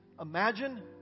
imagine